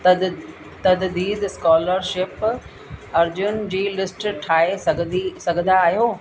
तद तददीद स्कॉलरशिप अर्जियुनि जी लिस्ट ठाहे सघंदी सघंदा आहियो